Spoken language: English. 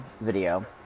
video